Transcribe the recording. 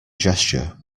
gesture